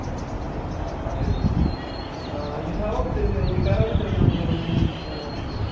اچھا ٹھیٖک یہِ تھاوا بہٕ تیٚلہِ یہِ کَرا بہٕ تیٚلہِ کَنفٲرٕم تُہُنٛد یہِ